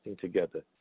together